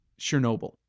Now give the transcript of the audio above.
Chernobyl